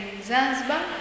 Zanzibar